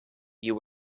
you